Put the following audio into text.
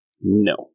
No